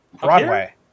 Broadway